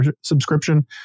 subscription